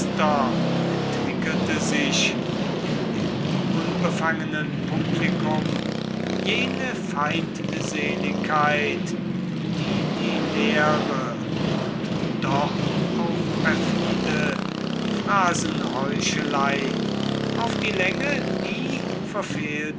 entwickelte sich in dem unbefangenen publikum jene feindseligkeit die die leere und doch auch perfide phrasenheuchelei auf die länge nie verfehlt